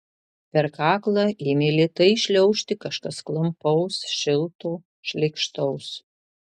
per kaklą ėmė lėtai šliaužti kažkas klampaus šilto šleikštaus